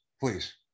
Please